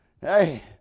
Hey